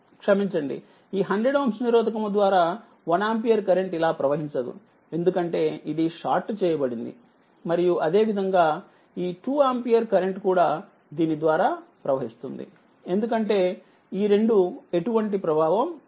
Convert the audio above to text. క్షమించండి ఈ 100 Ωనిరోధకముద్వారా1 ఆంపియర్ కరెంట్ ఇలా ప్రవహించదు ఎందుకంటే ఇది షార్ట్ చేయబడింది మరియు అదేవిధంగా ఈ 2 ఆంపియర్ కరెంట్ కూడా దీని ద్వారా ప్రవహిస్తుందిఎందుకంటే ఈరెండుఎటువంటి ప్రభావం చూపవు